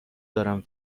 دارم